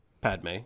Padme